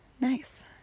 Nice